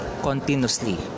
continuously